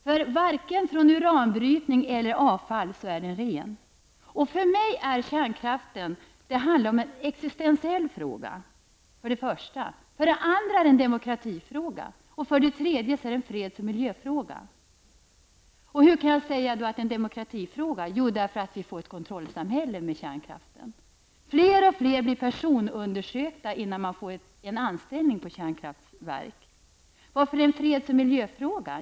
Den är inte ren vare sig som avfall eller vid uranbrytning. För mig är kärnkraften för det första en existensiell fråga. Det är för det andra en demokratifråga och för det tredje en freds och miljöfråga. Hur kan jag säga att det är en demokratifråga? Jo, anledningen är att vi med kärnkraften får ett kontrollsamhälle. Fler och fler blir personundersökta innan de får anställning på ett kärnkraftsverk. Varför är det en freds och miljöfråga?